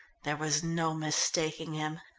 there was no mistaking him.